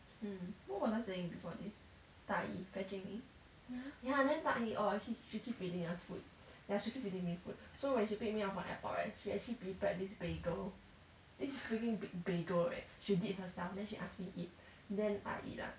mm what was I saying before this 大姨 fetching me ya then 大姨 orh she keep feeding us food ya she keep feeding me food so when she pick me up from airport right she actually prepared this bagel this freaking big bagel right she did herself then she ask me eat then I eat ah